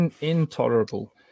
Intolerable